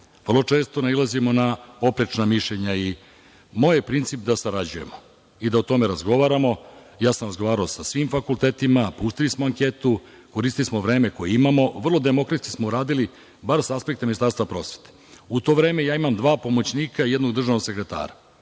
često nailazimo na poprečna mišljenja. Moj je princip da sarađujemo i da o tome razgovaramo. Ja sam razgovarao sa svim fakultetima, pustili smo anketu, koristili smo vreme koje imamo, vrlo demokratski smo uradili bar sa aspekta Ministarstva prosvete. U to vreme ja imam dva pomoćnika i jednog državnog sekretara.